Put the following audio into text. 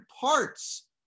parts